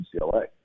UCLA